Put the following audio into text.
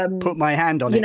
ah put my hand on it.